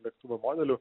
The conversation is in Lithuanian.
lėktuvo modelių